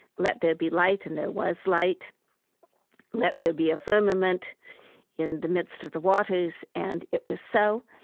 let there be light, and there was light let there be a firmament in the midst of the waters, and it was so.